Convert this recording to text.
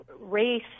race